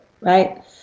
right